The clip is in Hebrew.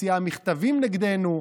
מוציאה מכתבים נגדנו.